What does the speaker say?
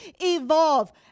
evolve